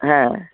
হ্যাঁ